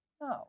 No